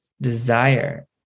desire